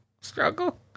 Struggle